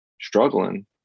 struggling